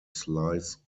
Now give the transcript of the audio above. slice